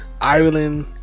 ireland